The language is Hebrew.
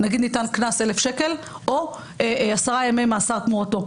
נגיד ניתן קנס 1,000 שקל או עשרה ימי מאסר תמורתו,